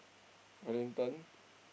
Wellington